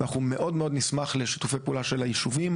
אנחנו מאוד נשמח לשיתופי פעולה של היישובים,